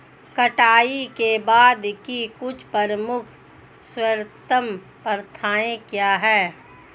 कटाई के बाद की कुछ प्रमुख सर्वोत्तम प्रथाएं क्या हैं?